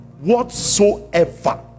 whatsoever